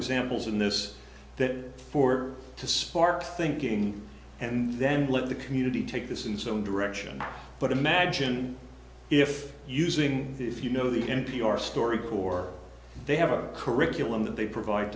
examples in this that for to spark thinking and then let the community take this in its own direction but imagine if using if you know the n p r story corps they have a curriculum that they provide